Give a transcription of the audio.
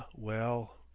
well!